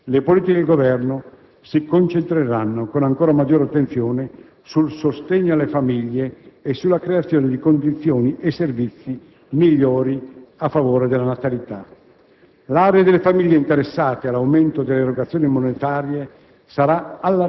Proseguendo poi sulla strada intrapresa negli scorsi mesi, le politiche del Governo si concentreranno con ancora maggiore attenzione sul sostegno alle famiglie e sulla creazione di condizioni e servizi migliori a favore della natalità.